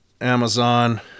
Amazon